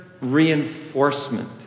reinforcement